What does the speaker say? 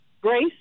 grace